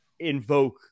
invoke